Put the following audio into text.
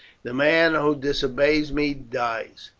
the man who disobeys me dies.